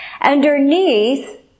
Underneath